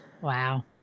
Wow